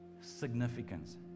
Significance